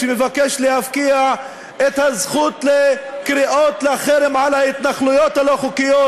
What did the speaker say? שמבקש להפקיע את הזכות לקריאות לחרם על ההתנחלויות הלא-חוקיות,